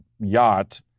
yacht